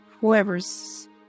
whoever's